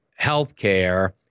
healthcare